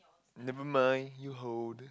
never mind you hold